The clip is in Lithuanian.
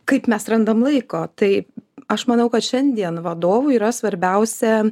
kaip mes atrandam laiko tai aš manau kad šiandien vadovui yra svarbiausia